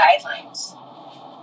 guidelines